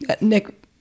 Nick